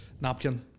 Napkin